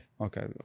okay